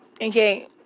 Okay